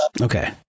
Okay